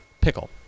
Pickle